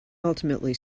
ultimately